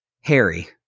Harry